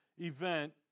event